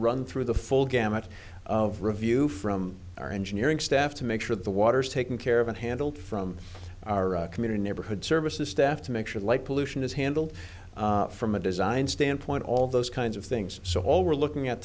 run through the full gamut of review from our engineering staff to make sure that the water is taken care of and handled from our community neighborhood services staff to make sure like pollution is handled from a design standpoint all those kinds of things so all we're looking at